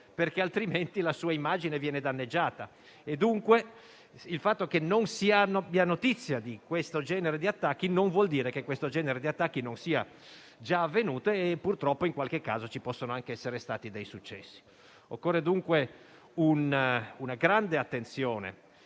perché altrimenti la sua immagine viene danneggiata. Dunque, il fatto che non si abbia notizia di questo genere di attacchi non vuol dire che questo genere di attacchi non sia già avvenuto e, purtroppo, in qualche caso possono anche esservi stati dei successi. Occorre dunque una grande attenzione